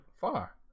far